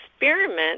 experiment